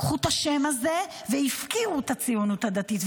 לקחו את השם הזה והפקירו את הציונות הדתית,